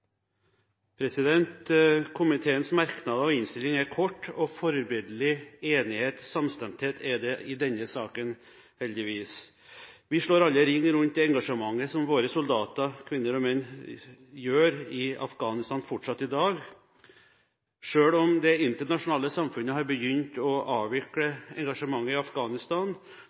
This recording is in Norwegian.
historien. Komiteens merknader og innstillingen er kort, og det er heldigvis forbilledlig enighet og samstemthet i denne saken. Vi slår alle ring rundt det engasjementet som våre soldater – kvinner og menn – fortsatt i dag gjør i Afghanistan. Selv om det internasjonale samfunnet har begynt å avvikle engasjementet i Afghanistan,